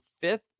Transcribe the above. fifth